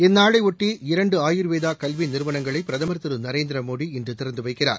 இந்நாளையொட்டி இரண்டு ஆயுா்வேதா கல்வி நிறுவனங்களை பிரதமா் திரு நரேந்திர மோடி இன்று திறந்து வைக்கிறார்